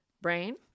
brain